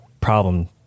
problem